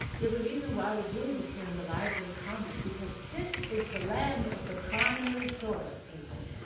there's a reason why we're doing this here in the library of congress because this is the land of the primary source, people.